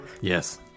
Yes